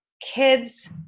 kids